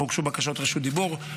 אך הוגשו בקשות רשות דיבור.